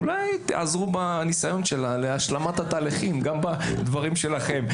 אולי תעזרו בניסיון שלה להשלמת התהליכים גם בדברים שלכם,